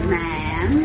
man